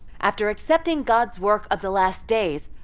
after accepting god's work of the last days,